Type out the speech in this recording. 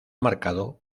marcado